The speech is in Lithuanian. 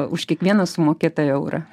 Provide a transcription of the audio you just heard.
už kiekvieną sumokėtą eurą